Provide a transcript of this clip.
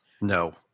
No